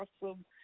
awesome